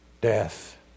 death